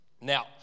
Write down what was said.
now